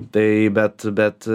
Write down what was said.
tai bet bet